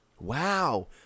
Wow